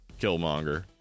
killmonger